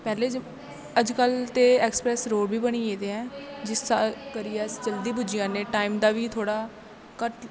अजकल ते express road बी बनी गेदे ऐ जिस करियै अस जल्दी पुज्जी जन्ने टाईम दा बी थोह्ड़ा घट्ट